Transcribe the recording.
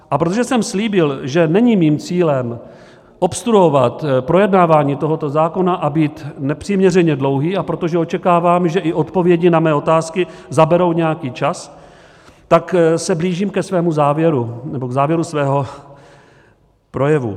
A protože jsem slíbil, že není mým cílem obstruovat projednávání tohoto zákona a být nepřiměřeně dlouhý, a protože očekávám, že i odpovědi na mé otázky zaberou nějaký čas, tak se blížím ke svému závěru nebo k závěru svého projevu.